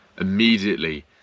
Immediately